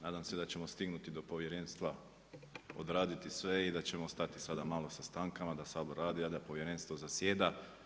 Nadam se da ćemo stignuti po povjerenstva, odraditi sve i da ćemo stati sada malo sa stankama da Sabor radi a da povjerenstvo zasjeda.